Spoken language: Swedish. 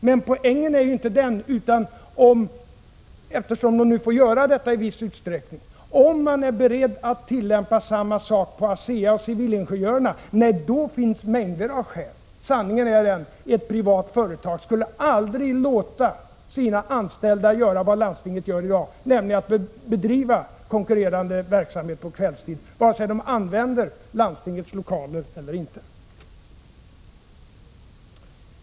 Men poängen är ju inte den utan — eftersom de nu får göra detta i viss utsträckning — om man är beredd att tillämpa samma sak på ASEA och hos civilingenjörerna. Men nej, då finns mängder av skäl. Sanningen är den att ett privat företag aldrig skulle låta sina anställda göra vad landstinget tillåter i dag, nämligen bedriva konkurrerande verksamhet på kvällstid, vare sig de använder landstingets lokaler eller inte.